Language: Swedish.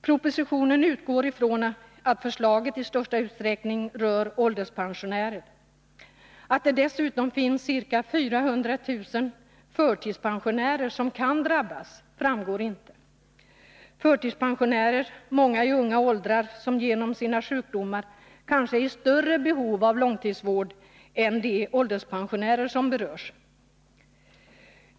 Propositionen utgår från att förslaget i största utsträckning rör ålderspensionärer. Att det dessutom finns ca 400 000 förtidspensionärer som kan drabbas framgår inte — förtidspensionärer, många i unga åldrar som genom sina sjukdomar kanske är i större behov av långtidssjukvård än de ålderspensionärer som berörs.